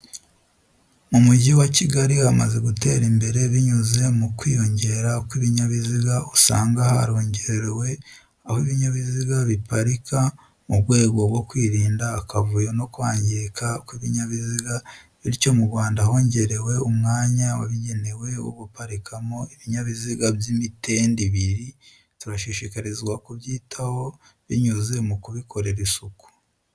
Mu mujyi wa Kigali hamaze gutera imbere binyuze mukwiyongera kw'ibinyabiziga usanga harongerewe aho ibinyabiziga biparika mu rwego rwo kwirinda akavuyo no kwangirika kw'ibinyabiziga bityo mu Rwanda hongerewe umwanya wabigenewe wo guparikamo ibinyabiziga by'imitende ibiri. Turashishikarizwa kubyitaho binyuze mukubikorera Isuku.